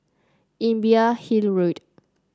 Imbiah Hill Road